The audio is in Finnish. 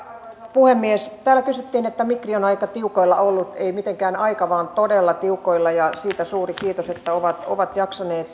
puhemies täällä sanottiin että migri on aika tiukoilla ollut ei mitenkään aika vaan todella tiukoilla ja siitä suuri kiitos että ovat jaksaneet